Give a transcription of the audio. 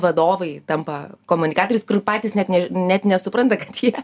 vadovai tampa komunikatoriais kur patys net net nesupranta kad jie